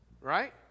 right